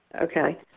Okay